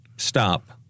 Stop